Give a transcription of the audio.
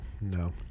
no